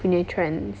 punya trends